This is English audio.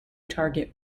target